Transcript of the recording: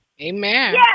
Amen